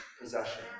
possession